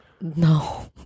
No